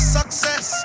Success